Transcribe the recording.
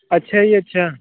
ਅੱਛਾ ਜੀ ਅੱਛਾ